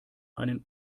einen